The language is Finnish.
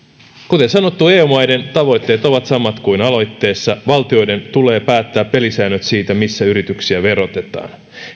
kuten sanottu eu maiden tavoitteet ovat samat kuin aloitteessa valtioiden tulee päättää pelisäännöt siitä missä yrityksiä verotetaan